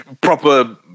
proper